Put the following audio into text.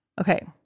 okay